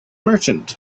merchant